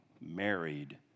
married